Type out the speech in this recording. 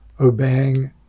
obeying